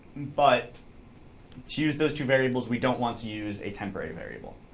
but to use those two variables, we don't want to use a temporary variable.